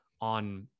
on